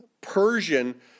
Persian